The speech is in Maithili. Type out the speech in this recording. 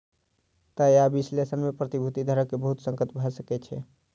तय आय विश्लेषण में प्रतिभूति धारक के बहुत संकट भ सकै छै